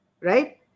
right